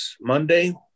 Monday